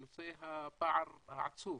נושא הפער העצום